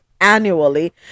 annually